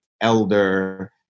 elder